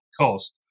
cost